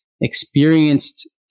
experienced